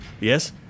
Yes